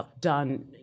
done